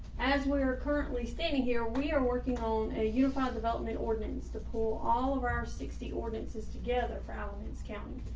as we're currently standing here, we are working on a unified development ordinance to pull all of our sixty ordinances together for alamance. county.